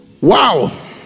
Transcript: Wow